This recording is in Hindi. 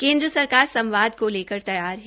केंद्र सरकार संवाद को लेकर तैयार है